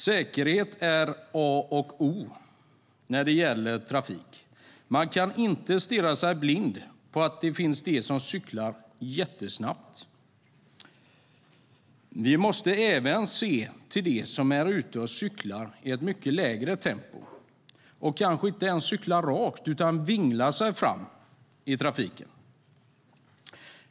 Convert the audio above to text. Säkerhet är A och O när det gäller trafik. Man kan inte stirra sig blind på att det finns de som cyklar jättesnabbt. Vi måste även se till dem som är ute och cyklar i mycket lägre tempo och kanske inte ens cyklar rakt utan vinglar sig fram i trafiken.